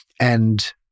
And-